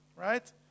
right